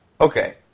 Okay